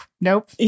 nope